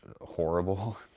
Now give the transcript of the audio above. horrible